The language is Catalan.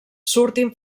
surtin